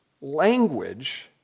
language